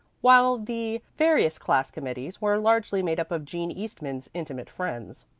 while the various class committees were largely made up of jean eastman's intimate friends.